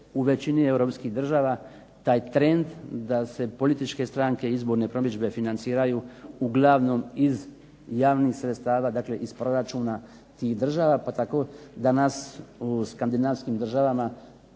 u većini europskih država taj trend da se političke stranke izborne promidžbe financiraju uglavnom iz javnih sredstava, dakle iz proračuna tih država pa tako danas u skandinavskim državama